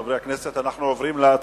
חברי חברי הכנסת, אנחנו עוברים להצבעה.